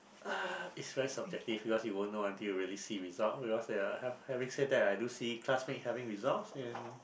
uh it's very subjective because you won't know until you really see result because there are having said that I do see classmate having result and